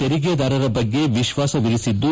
ತೆರಿಗೆದಾರರ ಬಗ್ಗೆ ವಿಶ್ವಾಸವಿರಿಸಿದ್ದು